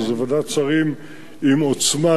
שזו ועדת שרים עם עוצמה,